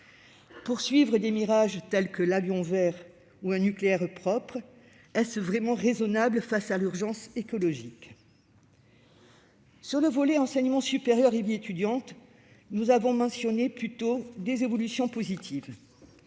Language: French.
Poursuivre des mirages tels que l'avion vert ou un nucléaire propre, est-ce vraiment raisonnable face à l'urgence écologique ? Sur le volet de l'enseignement supérieur et de la vie étudiante, nous avons déjà mentionné les évolutions positives.